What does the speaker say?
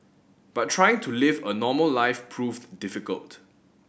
but trying to live a normal life proved difficult